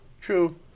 True